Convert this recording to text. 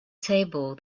table